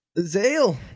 Zale